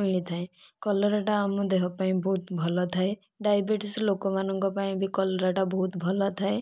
ମିଳିଥାଏ କଲରାଟା ଆମ ଦେହ ପାଇଁ ବହୁତ ଭଲ ଥାଏ ଡାଇବେଟିସ୍ ଲୋକମାନଙ୍କ ପାଇଁ ବି କଲରାଟା ବହୁତ୍ ଭଲ ଥାଏ